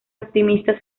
optimista